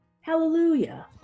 Hallelujah